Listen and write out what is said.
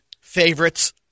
Favorites